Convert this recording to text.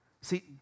See